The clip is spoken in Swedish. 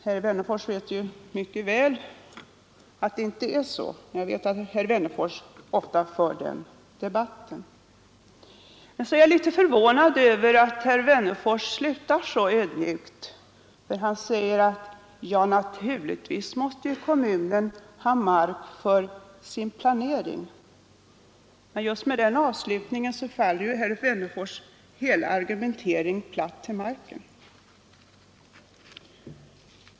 Herr Wennerfors inser mycket väl att det inte är så, men jag vet att herr Wennerfors ofta för den debatten. Jag är litet förvånad över att herr Wennerfors slutar så ödmjukt. Han säger: Ja, naturligtvis måste kommunen ha mark för sin planering. Med den avslutningen faller ju herr Wennerfors” hela argumentering platt till marken.